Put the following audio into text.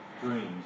dreams